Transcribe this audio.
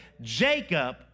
Jacob